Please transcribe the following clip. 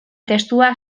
testua